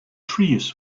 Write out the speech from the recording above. trees